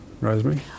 Rosemary